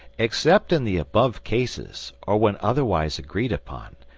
except in the above cases, or when otherwise agreed upon,